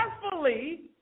carefully